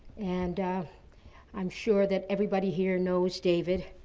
and i'm sure that everybody here knows david.